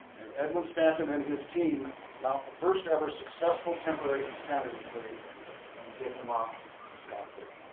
and edwin stanton and his team mount the first ever successful temporary insanity plea and get him off scot-free.